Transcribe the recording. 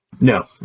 No